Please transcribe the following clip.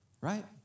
right